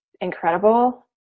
incredible